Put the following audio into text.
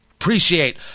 Appreciate